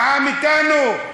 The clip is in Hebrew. העם אתנו.